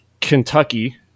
Kentucky